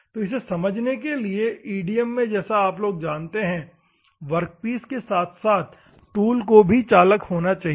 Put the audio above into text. तो समझने के लिए EDM में जैसा आप लोग जानते हैं कि वर्कपीस के साथ साथ टूल को भी चालक होना चाहिए